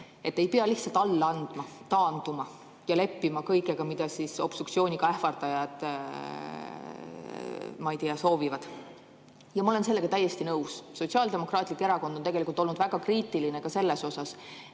ei pea lihtsalt alla andma, selle ees taanduma, leppima kõigega, mida obstruktsiooniga ähvardajad soovivad. Ma olen sellega täiesti nõus. Sotsiaaldemokraatlik Erakond on tegelikult olnud väga kriitiline ka selles osas,